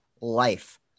life